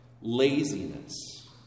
laziness